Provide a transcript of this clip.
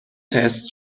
test